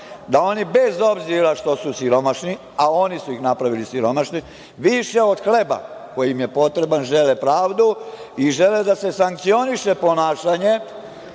da oni bez obzira što su siromašni, a oni su ih napravili siromašnim, više od hleba koji im je potreban žele pravdu i žele da se sankcioniše ponašanje